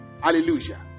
Hallelujah